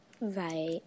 Right